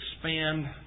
expand